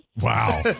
Wow